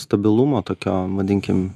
stabilumo tokio vadinkim